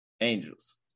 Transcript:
Angels